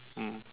mm